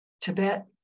Tibet